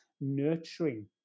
nurturing